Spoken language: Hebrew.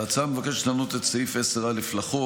ההצעה מבקשת לשנות את סעיף 10(א) לחוק.